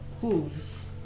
hooves